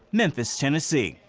memphis, tennessee.